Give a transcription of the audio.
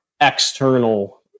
external